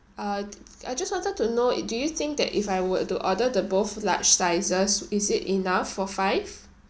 uh I just wanted to know it do you think that if I were to order the both large sizes is it enough for five